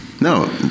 no